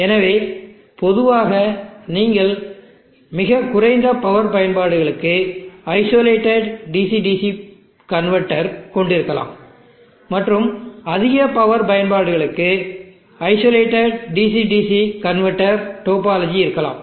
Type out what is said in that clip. எனவே பொதுவாக நீங்கள் மிகக் குறைந்த பவர் பயன்பாடுகளுக்கு isolated DC DC converter கொண்டிருக்கலாம் மற்றும் அதிக பவர் பயன்பாடுகளுக்கு isolated DC DC converter டோபாலஜிஇருக்கலாம்